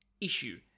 issue